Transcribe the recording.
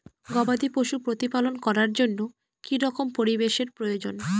গবাদী পশু প্রতিপালন করার জন্য কি রকম পরিবেশের প্রয়োজন?